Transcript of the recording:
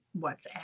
WhatsApp